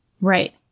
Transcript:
right